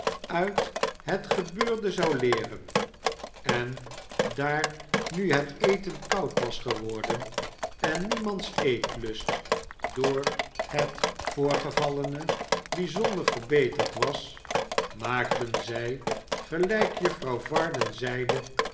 uit het gebeurde zou leeren en daar nu het eten koud was geworden en niemands eetlust door het voorgevallene bijzonder verbeterd was maakten zij gelijk juffrouw varden zeide